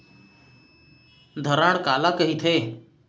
धरण काला कहिथे?